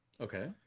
Okay